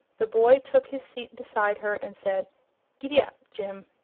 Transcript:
the boy took his seat beside her and said gid-dap jim.